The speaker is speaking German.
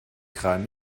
kran